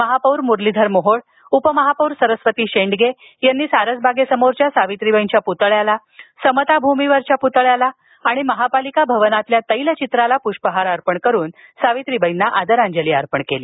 महापौर मुरलीधर मोहोळ उपमहापौर सरस्वती शेंडगे यांनी सारसवागेसमोरच्या सावित्रीबाईंच्या पुतळ्याला समता भूमीवरील पुतळ्याला तसच महापालिका भवनातील तैलचित्राला पुष्पहार अर्पण करून आदरांजली अर्पण केली